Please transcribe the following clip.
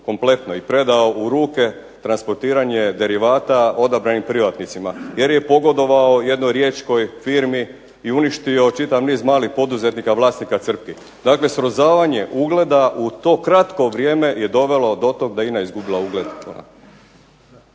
kompletno i predao u ruke transportiranje derivata odabranim privatnicima, jer je pogodovao jednoj riječkoj firmi i uništio čitav niz malih poduzetnika vlasnika crpki. Dakle srozavanje ugleda u to kratko vrijeme je dovelo do tog da je INA izgubila ugled.